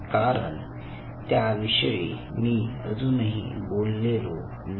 कारण त्याविषयी मी अजूनही बोललेलो नाही